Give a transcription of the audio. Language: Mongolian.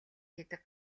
хийдэг